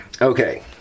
Okay